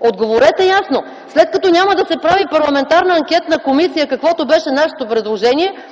Отговорете ясно! След като няма да се прави Парламентарна анкетна комисия, каквото беше нашето предложение,